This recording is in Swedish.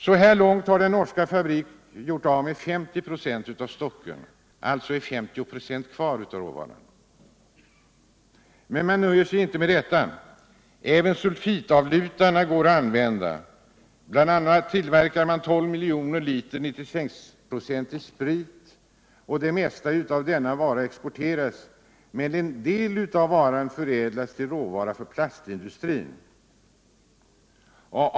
Så här långt har den norska fabriken gjort av med 50 96 av stocken; alltså är det 50 96 kvar av råvaran. Men man nöjer sig inte med detta. Även sulfitavlutarna går att använda. Bl. a. tillverkas 12 miljoner liter 96-procentig sprit. Det mesta av denna vara exporteras, men en del av spriten förädlas till råvara för plastindustrin.